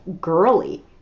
girly